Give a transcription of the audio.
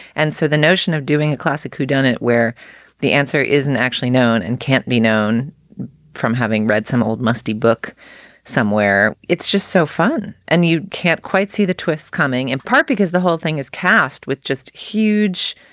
and so the notion of doing a classic whodunit where the answer isn't actually known and can't be known from having read some old musty book somewhere, it's just so fun. and you can't quite see the twists coming in part because the whole thing is cast with just huge